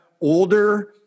older